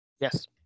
Yes